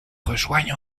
rejoignent